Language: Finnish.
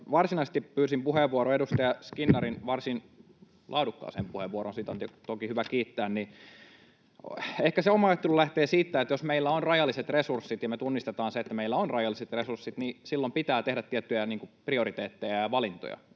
varsinaisesti pyysin puheenvuoron edustaja Skinnarin varsin laadukkaaseen puheenvuoroon, siitä on toki hyvä kiittää. Ehkä se oma ajatteluni lähtee siitä, että jos meillä on rajalliset resurssit ja me tunnistetaan se, että meillä on rajalliset resurssit, niin silloin pitää tehdä tiettyjä prioriteetteja ja valintoja.